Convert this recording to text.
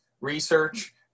research